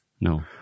No